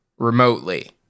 remotely